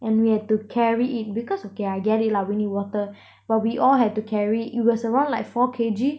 and we had to carry it because okay I get it lah we need water but we all had to carry it was around like four K_G